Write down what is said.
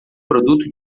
produto